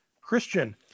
Christian